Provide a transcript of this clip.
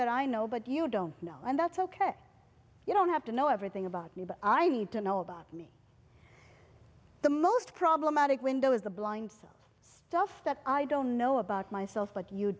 that i know but you don't know and that's ok you don't have to know everything about me but i need to know about me the most problematic window is the blinds stuff that i don't know about myself but you